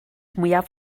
mwyaf